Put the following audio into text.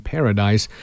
Paradise